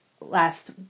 last